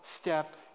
step